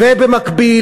ובמקביל,